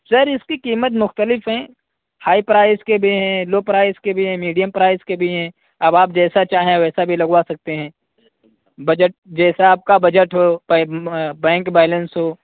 سر اس کی قیمت مختلف ہیں ہائی پرائز کے بھی ہیں لو پرائز کے بھی ہیں میڈیم پرائز کے بھی ہیں اب آپ جیسا چاہیں ویسا بھی لگوا سکتے ہیں بجٹ جیسا آپ کا بجٹ ہو بینک بیلنس ہو